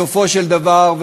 בסופו של דבר,